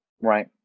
Right